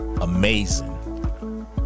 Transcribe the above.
amazing